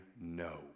no